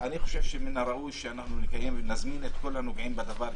אני חושב שמן הראוי שנקיים דיון ונזמין את כל הנוגעים בדבר,